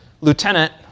lieutenant